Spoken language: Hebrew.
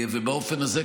באופן הזה,